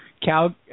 Cal